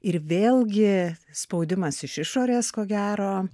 ir vėlgi spaudimas iš išorės ko gero